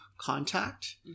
contact